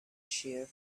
shear